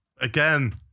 Again